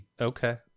Okay